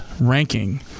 ranking